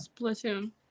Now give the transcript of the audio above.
Splatoon